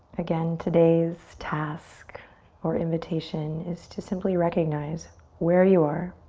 again, today's task or invitation is to simply recognize where you are.